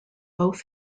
both